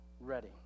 ready